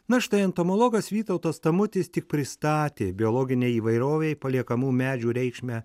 na štai entomologas vytautas tamutis tik pristatė biologinei įvairovei paliekamų medžių reikšmę